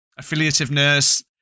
affiliativeness